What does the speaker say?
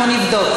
אנחנו נבדוק.